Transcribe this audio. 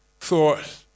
thought